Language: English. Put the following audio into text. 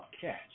catch